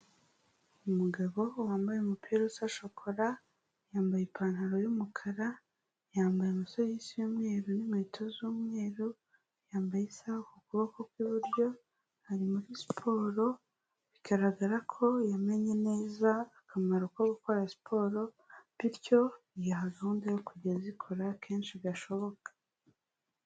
Umugabo wambaye umupira usa shokora, yambaye ipantaro y'umukara, yambaye amasogisi y'umweru n'inkweto z'umweru, yambaye isaha ku kuboko kw'iburyo, ari muri siporo, bigaragara ko yamenye neza akamaro ko gukora siporo, bityo yiha gahunda yo kujya azikora kenshi gashoboka.